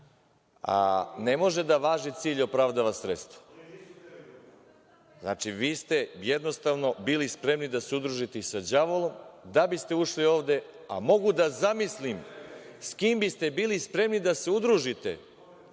ne može da važi cilj opravdava sredstvo. Znači, vi ste jednostavno bili spremni da se udružite i sa đavolom da biste ušli ovde, a mogu da zamislim s kim bi ste bili spremni da se udružite